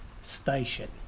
station